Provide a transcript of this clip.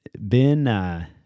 Ben